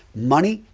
money,